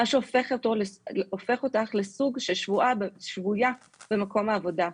מה שהופך אותך לסוג של שבוייה במקום העבודה.